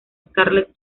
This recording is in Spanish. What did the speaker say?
scarlett